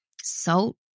salt